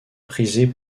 prisée